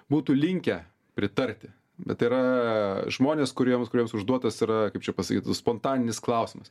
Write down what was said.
būtų linkę pritarti bet yra žmonės kuriems kuriems užduotas yra kaip čia pasakyt spontaninis klausimas